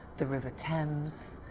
the river thames,